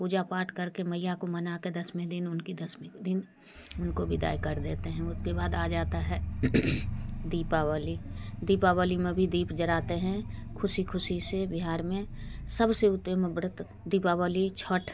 पूजा पाठ कर के मैया को मना के दसवें दिन उनकी दसवें के दिन उनको विदाई कर देते हैं उसके बाद आ जाता है दीपावली दीपावली में भी दीप जलाते हैं ख़ुशी ख़ुशी से बिहार में सबसे उत्तम व्रत दीपावली छत्त